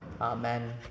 Amen